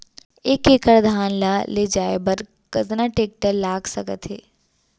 एक एकड़ धान ल ले जाये बर कतना टेकटर लाग सकत हे?